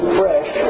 fresh